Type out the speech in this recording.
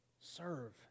Serve